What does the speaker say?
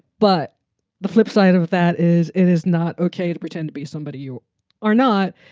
but the flipside of that is it is not ok to pretend to be somebody you are not.